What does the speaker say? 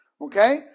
Okay